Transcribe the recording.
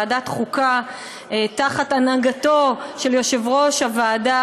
ועדת החוקה תחת הנהגתו של יושב-ראש הוועדה,